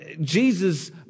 Jesus